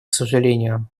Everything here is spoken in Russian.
сожалению